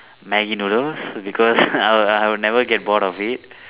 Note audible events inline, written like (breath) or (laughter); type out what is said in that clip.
Maggi noodles because (breath) I'll I'll never get bored of it